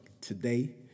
today